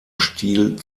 stil